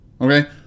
Okay